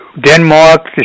Denmark